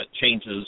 changes